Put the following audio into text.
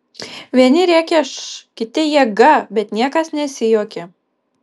vieni rėkė š kiti jėga bet niekas nesijuokė